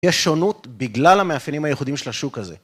יש שונות בגלל המאפיינים הייחודיים של השוק הזה.